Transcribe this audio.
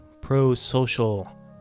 pro-social